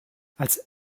als